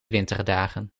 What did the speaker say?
winterdagen